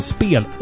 Spel